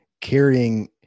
carrying